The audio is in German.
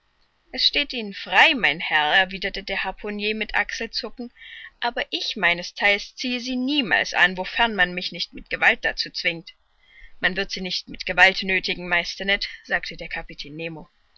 es steht ihnen frei mein herr erwiderte der harpunier mit achselzucken aber ich meinestheils ziehe sie niemals an wofern man mich nicht mit gewalt dazu zwingt man wird sie nicht mit gewalt nöthigen meister ned sagte der kapitän